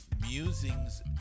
Musings